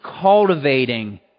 cultivating